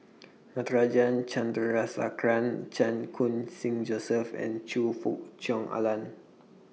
Natarajan Chandrasekaran Chan Khun Sing Joseph and Choe Fook Cheong Alan